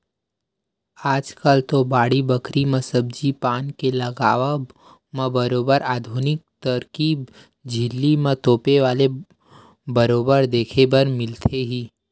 आजकल तो बाड़ी बखरी म सब्जी पान के लगावब म बरोबर आधुनिक तरकीब झिल्ली म तोपे वाले बरोबर देखे बर मिलथे ही